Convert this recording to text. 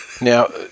Now